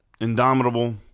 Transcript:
indomitable